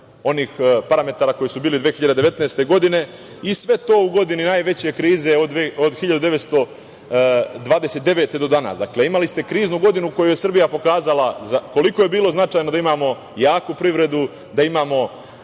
onih parametara koji su bili 2019. godine i sve to u godini najveće krize od 1929. godine do danas. Dakle, imali ste kriznu godinu u kojoj je Srbija pokazala koliko je bilo značajno da imamo jaku privedu, da imamo